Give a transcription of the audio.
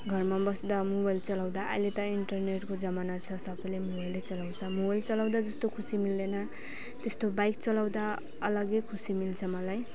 घरमा बस्दा मोबाइल चलाउँदा अहिले त इन्टरनेटको जमाना छ सबैले मौबाइलै चलाउँछ मोबाइल चलाउँदा जस्तो खुसी मिल्दैन त्यस्तो बाइक चलाउँदा अलग्गै खुसी मिल्छ मलाई